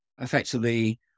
effectively